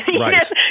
Right